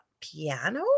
piano